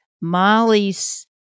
Molly's